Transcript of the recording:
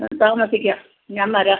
ആ താമസിക്കാൻ ഞാൻ വരാം